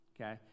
Okay